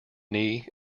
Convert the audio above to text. knee